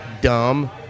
dumb